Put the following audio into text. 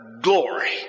Glory